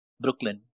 Brooklyn